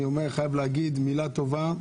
אני חייב להגיד מילה טובה,